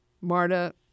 Marta